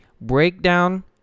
breakdown